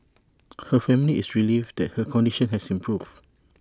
her family is relieved that her condition has improved